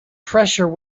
pressure